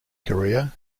career